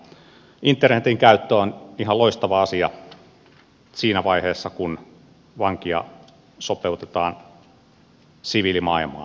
internetin käyttö on ihan loistava asia siinä vaiheessa kun vankia sopeutetaan siviilimaailmaan